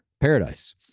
paradise